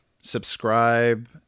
subscribe